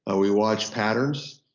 ah we watch patterns,